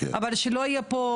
אבל שלא יהיה פה